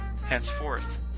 henceforth